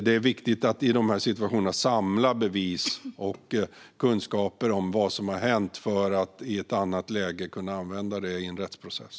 Det är viktigt att i de här situationerna samla bevis och kunskaper om vad som har hänt för att i ett annat läge kunna använda det i en rättsprocess.